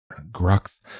Grux